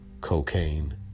cocaine